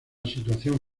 situación